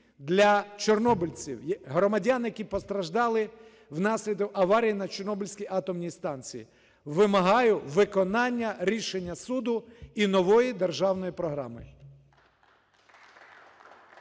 для чорнобильців, громадян, які постраждали внаслідок аварії на Чорнобильській атомній станції. Вимагаю виконання рішення суду і нової державної програми.